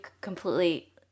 completely